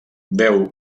veu